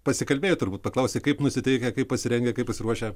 pasikalbėjai turbūt paklausei kaip nusiteikę kaip pasirengę kaip pasiruošę